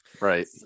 Right